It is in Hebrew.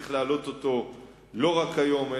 צריך להעלות אותו לא רק היום,